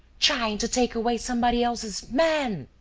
trying to take away somebody else's man.